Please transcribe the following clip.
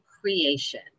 creation